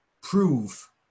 prove